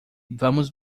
vamos